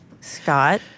Scott